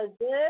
good